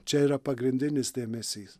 čia yra pagrindinis dėmesys